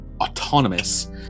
autonomous